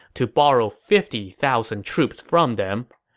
to borrow fifty thousand troops from them.